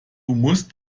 musst